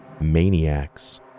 maniacs